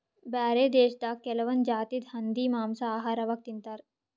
ಬ್ಯಾರೆ ದೇಶದಾಗ್ ಕೆಲವೊಂದ್ ಜಾತಿದ್ ಹಂದಿ ಮಾಂಸಾ ಆಹಾರವಾಗ್ ತಿಂತಾರ್